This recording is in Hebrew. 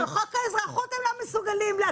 על חוק האזרחות הם לא מסוגלים להטיל משמעת